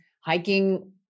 hiking